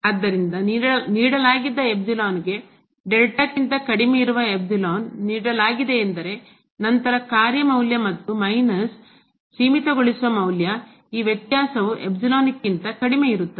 ಆದ್ದರಿಂದ ನೀಡಲಾಗಿದ್ದ ಗೆ ಕ್ಕಿಂತ ಕಡಿಮೆ ಇರುವ ನೀಡಲಾಗಿದೆಯೆಂದರೆ ನಂತರ ಕಾರ್ಯ ಮೌಲ್ಯ ಮತ್ತು ಮೈನಸ್ ಸೀಮಿತಗೊಳಿಸುವ ಮೌಲ್ಯ ಈ ವ್ಯತ್ಯಾಸವು ಕ್ಕಿಂತ ಕಡಿಮೆ ಇರುತ್ತದೆ